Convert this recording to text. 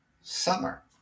summer